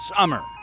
Summer